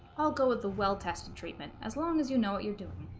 i'll go with the well-tested treatment as long as you know what you're doing